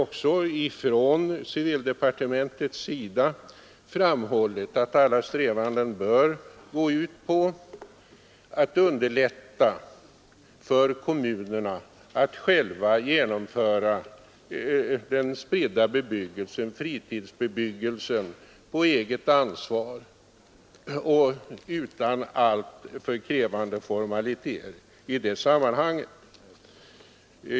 Civildepartementet har också framhållit att alla strävanden bör gå ut på att underlätta för kommunerna att på ett enkelt sätt genomföra den spridda bebyggelsen, eller fritidsbebyggelsen, på eget ansvar och utan allför krävande formaliteter i sammanhanget.